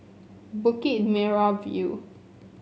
Bukit Merah View